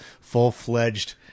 full-fledged